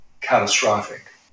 catastrophic